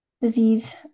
disease